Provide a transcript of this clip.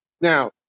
Now